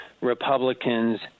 Republicans